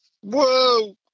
Whoa